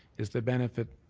is the benefit